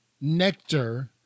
nectar